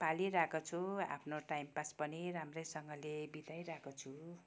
पालिरहेको छु आफ्नो time pass पनि राम्रैसँगले बिताइरहेको छु